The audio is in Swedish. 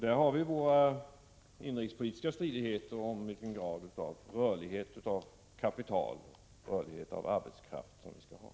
Vi har också de inrikespolitiska stridigheterna om vilken grad av rörlighet beträffande kapital och arbetskraft som vi skall ha.